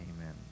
Amen